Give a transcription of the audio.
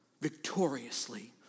victoriously